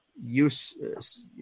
Use